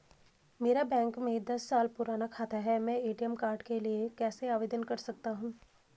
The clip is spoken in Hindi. मेरा बैंक में दस साल पुराना खाता है मैं ए.टी.एम कार्ड के लिए कैसे आवेदन कर सकता हूँ?